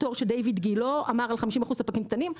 הפטור שדיוויד גילה אמר על כ-50% ספקים קטנים,